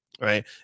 Right